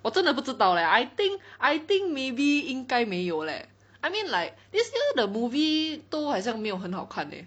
我真的不知道 leh I think I think maybe 应该没有 leh I mean like this year the movie 都好像没有很好看 eh